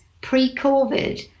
pre-COVID